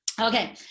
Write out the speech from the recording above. Okay